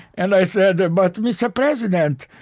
and i said, but mr. president,